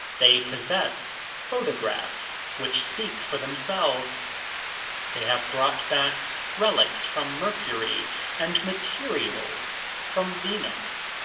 they possess photographs which speak for themselves they have brought back relics from mercury and materials from venus,